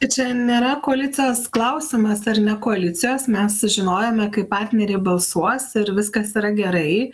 čia nėra koalicijos klausimas ar ne koalicijos mes žinojome kaip partneriai balsuos ir viskas yra gerai